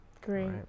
Great